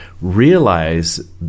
realize